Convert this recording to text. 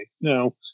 no